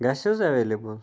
گژھِ حظ اٮ۪ویلیبٕل